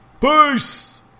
Peace